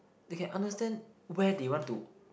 they can understand where they want to